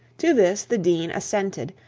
to this the dean assented,